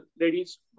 ladies